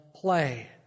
play